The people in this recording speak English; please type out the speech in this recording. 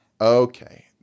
okay